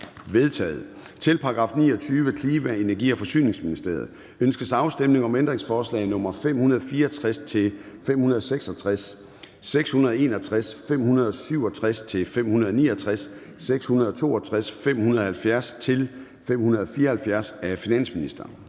vedtaget. Til § 29. Klima-, Energi- og Forsyningsministeriet. Ønskes afstemning om ændringsforslag nr. 564-566, 661, 567-569, 662 og 570-574 af finansministeren?